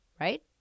right